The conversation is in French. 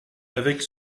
avec